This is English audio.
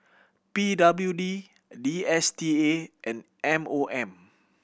P W D D S T A and M O M